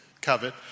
covet